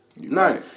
None